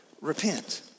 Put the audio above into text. Repent